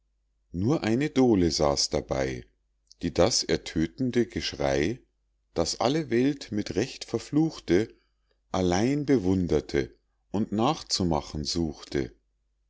nur eine dohle saß dabei die das ertödtende geschrei das alle welt mit recht verfluchte allein bewunderte und nachzumachen suchte